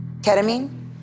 Ketamine